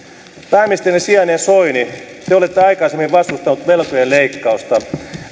pääministerin sijainen soini te olette aikaisemmin vastustanut velkojen leikkausta